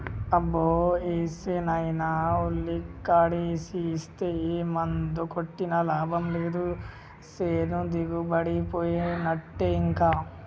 అబ్బో ఏసేనైనా ఉల్లికాడేసి ఇస్తే ఏ మందు కొట్టినా లాభం లేదు సేను దిగుబడిపోయినట్టే ఇంకా